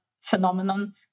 phenomenon